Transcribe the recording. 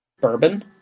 bourbon